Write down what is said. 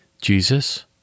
Jesus